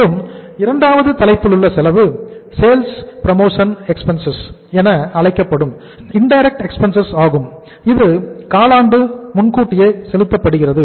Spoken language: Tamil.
மேலும் இரண்டாவது தலைப்பிலுள்ள செலவு சேல்ஸ் ப்ரமோஷன் எக்ஸ்பென்சஸ் ஆகும் இது காலாண்டு முன்கூட்டியே செலுத்தப்படுகிறது